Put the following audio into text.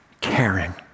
caring